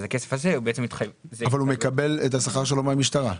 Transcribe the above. אבל הוא מקבל את השכר שלו מהמשטרה?